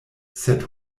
sed